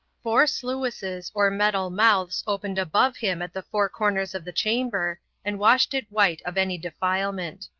four sluices or metal mouths opened above him at the four corners of the chamber and washed it white of any defilement.